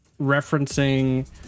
referencing